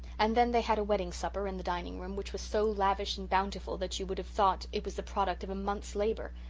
and then they had a wedding-supper in the dining-room which was so lavish and bountiful that you would have thought it was the product of a month's labour.